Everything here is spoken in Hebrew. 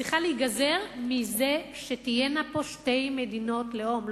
צריכה להיגזר מזה שתהיינה פה שתי מדינות לאום.